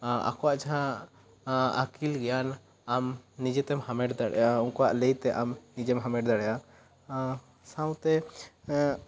ᱟᱠᱚᱣᱟᱜ ᱡᱟᱦᱟᱸ ᱟᱹᱠᱤᱞ ᱜᱮᱭᱟᱟᱢ ᱱᱤᱡᱮ ᱛᱮᱢ ᱦᱟᱢᱮᱴ ᱫᱟᱲᱮᱭᱟᱜ ᱟ ᱩᱱᱠᱩ ᱣᱟᱜ ᱞᱟᱹᱭ ᱛᱮ ᱟᱢ ᱱᱤᱡᱮᱢ ᱦᱟᱢᱮᱴ ᱫᱟᱲᱮᱭᱟᱜᱼᱟ ᱟ ᱥᱟᱶᱛᱮ ᱟ